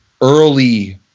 early